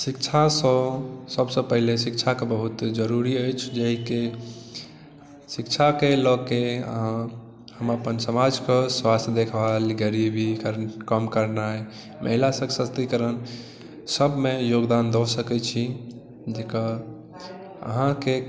शिक्षा सॅं सबसे पहले शिक्षा के बहुत जरूरी अछि जेकि शिक्षा के लऽ के हम अपन समाजके स्वास्थ्य देखभाल गरीबी कम करनाइ महिला सशक्तिकरण सबमे योगदान दऽ सकै छी अहाँके